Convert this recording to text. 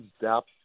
depth